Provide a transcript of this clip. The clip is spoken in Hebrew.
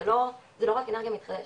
זה לא רק אנרגיה מתחדשת,